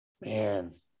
man